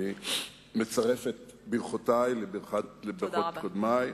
אני מצרף את ברכותי לברכות קודמי.